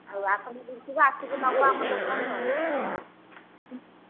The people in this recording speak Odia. ଆଉ ଆପଣ ବୁଝିବ ଆସିକି ନେବ ଆମ ଦୋକାନରୁ ଆଉ